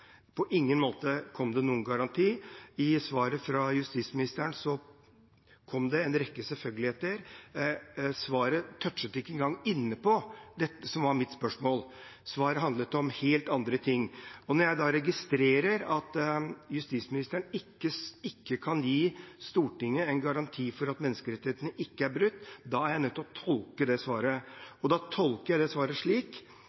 på ingen måte noen garanti. I svaret fra justisministeren kom det en rekke selvfølgeligheter, svaret touchet ikke engang innom det som var mitt spørsmål. Svaret handlet om helt andre ting. Når jeg registrerer at justisministeren ikke kan gi Stortinget en garanti for at menneskerettighetene ikke er brutt, er jeg nødt til å tolke det svaret. Da tolker jeg det svaret slik